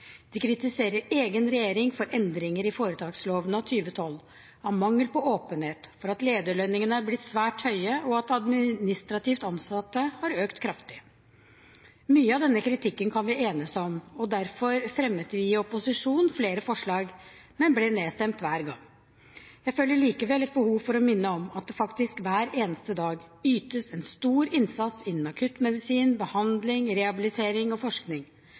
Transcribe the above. De kritiserer egen regjering for endringer i foretaksloven av 2012, for mangel på åpenhet, for at lederlønningene har blitt svært høye og for at antall administrativt ansatte har økt kraftig. Mye av denne kritikken kan vi enes om, og derfor fremmet vi i opposisjon flere forslag, men ble nedstemt hver gang. Jeg føler likevel et behov for å minne om at det faktisk hver eneste dag ytes en stor innsats innen akuttmedisin, behandling, rehabilitering og forskning.